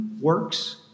works